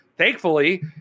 Thankfully